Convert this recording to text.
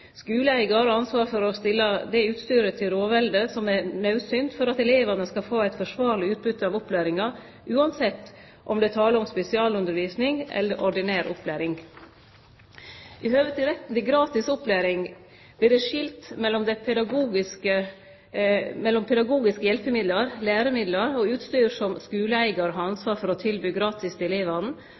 har ansvar for å stille det utstyret til rådvelde som er naudsynt for at elevane skal få eit forsvarleg utbyte av opplæringa, uansett om det er tale om spesialundervisning eller ordinær opplæring. I høve til retten til gratis opplæring vert det skilt mellom pedagogiske hjelpemiddel, læremiddel og utstyr som skuleeigar har ansvar for å tilby gratis til elevane,